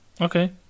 Okay